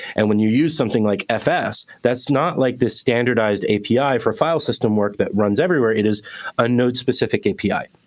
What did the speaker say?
and when you use something like fs, that's not like this standardized api for file system work that runs everywhere. it is a node-specific api.